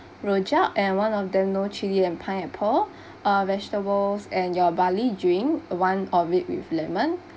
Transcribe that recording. rojak and one of them no chili and pineapple uh vegetables and your barley drink one of it with lemon